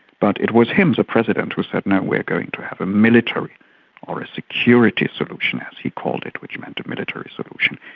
but it was him, the president, who said no, we are going to have a military or a security solution as he called it, which meant a military solution.